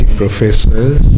professors